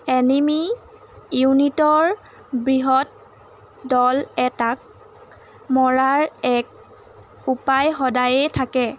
anime ইউনিটৰ বৃহৎ দল এটাক মৰাৰ এক উপায় সদায়ে থাকে